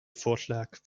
vorschlag